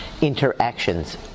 interactions